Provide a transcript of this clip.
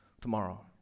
tomorrow